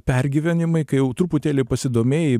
pergyvenimai kai jau truputėlį pasidomėjai